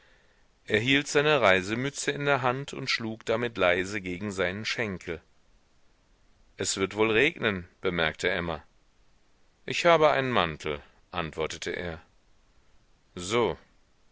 hielt seine reisemütze in der hand und schlug damit leise gegen seinen schenkel es wird wohl regnen bemerkte emma ich habe einen mantel antwortete er so